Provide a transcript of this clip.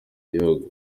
gihugu